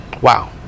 Wow